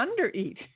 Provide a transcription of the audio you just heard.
undereat